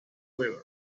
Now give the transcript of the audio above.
weber